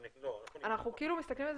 אנחנו נחזור --- אנחנו כאילו מסתכלים על